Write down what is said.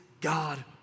God